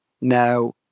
Now